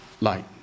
light